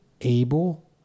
able